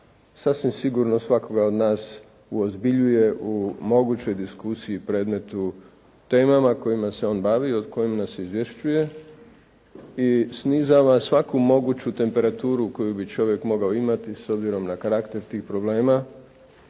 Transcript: sasvim sigurno svakoga od nas uozbiljuje u mogućoj diskusiji, predmetu, temama kojima se on bavi, o kojima nas izvješćuje i snizava svaku moguću temperaturu koju bi čovjek mogao imati s obzirom na karakter tih problema,